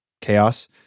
chaos